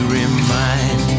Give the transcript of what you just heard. remind